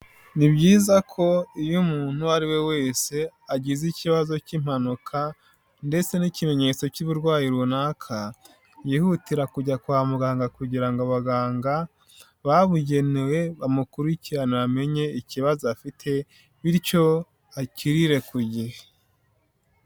Ni byiza ko iyo umuntu uwo ari we wese agize ikibazo cy'impanuka ndetse n'ikimenyetso cy'uburwayi runaka yihutira kujya kwa muganga kugira ngo abaganga babugenewe bamukurikirane amenye ikibazo afite bityo akiririre ku gihe.